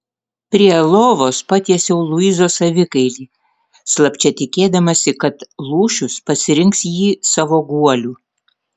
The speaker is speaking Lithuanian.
prie lovos patiesiau luizos avikailį slapčia tikėdamasi kad lūšius pasirinks jį savo guoliu